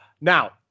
Now